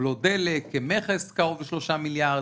בלו דלק, מכס קרוב לשלושה מיליארד,